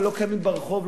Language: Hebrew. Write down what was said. אבל לא קיימים ברחוב,